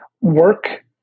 Work